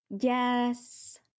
Yes